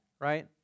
right